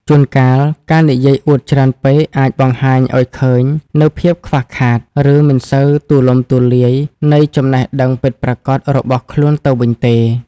ជួនកាល ការនិយាយអួតច្រើនពេកអាចបង្ហាញឱ្យឃើញនូវភាពខ្វះខាត ឬមិនសូវទូលំទូលាយនៃចំណេះដឹងពិតប្រាកដរបស់ខ្លួនទៅវិញទេ។